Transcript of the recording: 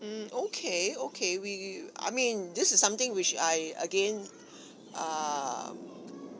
mm okay okay we we I mean this is something which I again err